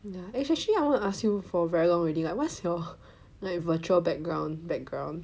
eh actually I wanna ask you for very long already like what's your like virtual background background